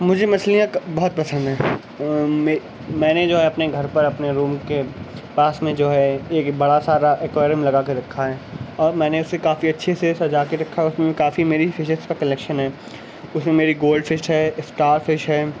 مجھے مچھلیاں بہت پسند ہیں میں نے جو ہے اپنے گھر پر اپنے روم کے پاس میں جو ہے ایک بڑا سا ایکیورم لگا کے رکھا ہے اور میں نے اسے کافی اچھے سے سجا کے رکھا ہے اس میں کافی میری فیشیز کا کلکشن ہے اس میں میری گولڈ فش ہے اسٹار فش ہے